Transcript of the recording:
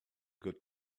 good